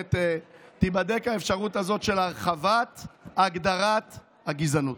שבאמת תיבדק האפשרות הזאת של הרחבת הגדרת הגזענות.